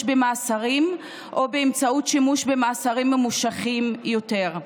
במאסרים או באמצעות שימוש במאסרים ממושכים יותר.